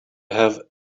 have